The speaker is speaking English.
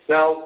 Now